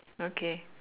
okay